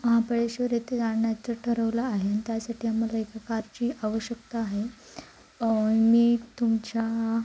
महाबळेश्वर येथे जाण्याचं ठरवलं आहे त्यासाठी आम्हाला एका कारची आवश्यकता आहे मी तुमच्या